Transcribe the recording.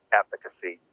efficacy